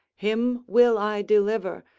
him will i deliver,